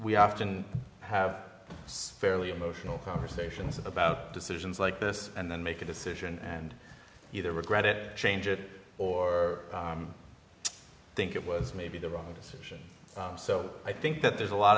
we often have fairly emotional conversations about decisions like this and then make a decision and either regret it change it or think it was maybe the wrong decision so i think that there's a lot